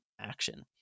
action